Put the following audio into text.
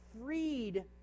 freed